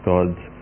God's